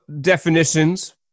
definitions